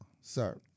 Sir